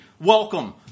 Welcome